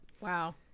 wow